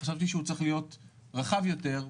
חשבתי שהוא צריך להיות רחב יותר,